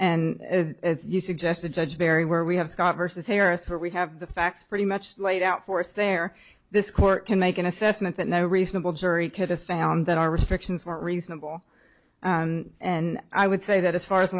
and as you suggested judge barry where we have scott versus harris where we have the facts pretty much laid out force there this court can make an assessment that no reasonable jury could have found that our restrictions were reasonable and i would say that as far as the